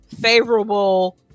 favorable